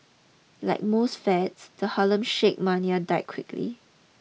like most fads the Harlem Shake mania died quickly